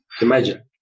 Imagine